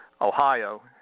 Ohio